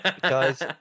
Guys